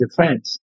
defense